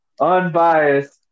unbiased